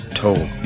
told